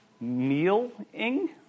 meal-ing